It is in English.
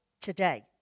today